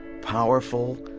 powerful,